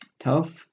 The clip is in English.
Tough